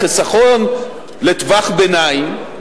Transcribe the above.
לחיסכון לטווח ביניים,